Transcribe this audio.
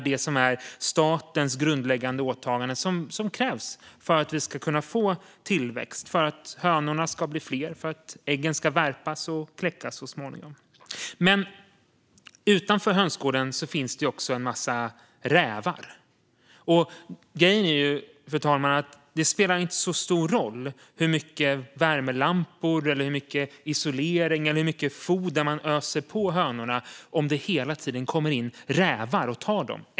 Det är statens grundläggande åtagande för att vi ska kunna få tillväxt, för att hönorna ska bli fler och för att äggen ska värpas och kläckas så småningom. Men utanför hönsgården finns det en massa rävar. Det spelar inte så stor roll hur många värmelampor, hur mycket isolering eller hur mycket foder man öser på hönorna om det hela tiden kommer in rävar och tar dem.